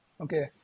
Okay